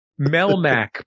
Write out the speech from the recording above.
melmac